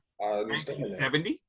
1970